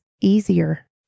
easier